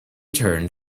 turned